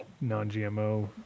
non-GMO